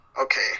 okay